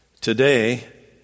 today